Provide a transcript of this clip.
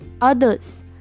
others